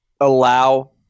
allow